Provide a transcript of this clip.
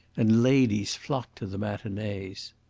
and ladies flocked to the matinees.